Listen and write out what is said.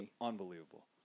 Unbelievable